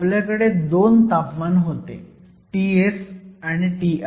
आपल्याकडे दोन तापमान होते Ts आणि Ti